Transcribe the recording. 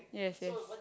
yes yes